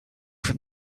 from